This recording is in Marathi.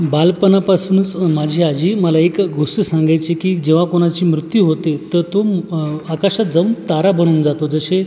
बालपणापासूनच माझी आजी मला एक गोष्ट सांगायची की जेव्हा कोणाची मृत्यू होते तर तो आकाशात जाऊन तारा बनून जातो जसे